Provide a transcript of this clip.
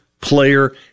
player